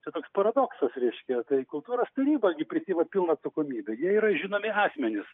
čia toks paradoksas reiškia tai kultūros taryba gi prisiima pilną atsakomybę jie yra žinomi asmenys